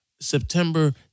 September